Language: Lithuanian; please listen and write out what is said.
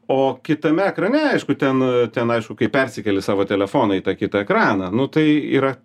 o kitame ekrane aišku ten ten aišku kai persikeli savo telefoną į tą kitą ekraną nu tai yra